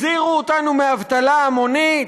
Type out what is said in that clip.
הזהירו אותנו מאבטלה המונית.